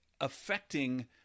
affecting